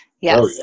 Yes